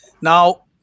Now